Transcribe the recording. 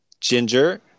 ginger